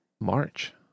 March